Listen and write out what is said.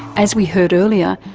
as we heard earlier,